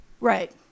Right